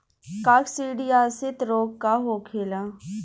काकसिडियासित रोग का होखेला?